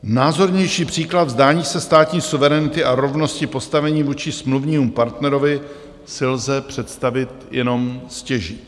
Názornější příklad vzdání se státní suverenity a rovnosti postavení vůči smluvnímu partnerovi si lze představit jenom stěží.